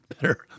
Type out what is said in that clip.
better